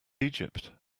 egypt